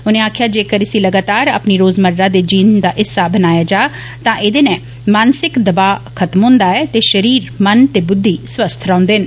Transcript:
उनें आक्खेआ जेकर इसी लगातार अपनी रोजमर्रा दे जीन दा हिस्सा बनाया जा तां एह्दे नै मानसिक दवा खत्म होंदा ऐ ते शरीर मन ते बुद्धि स्वस्था रौंदे न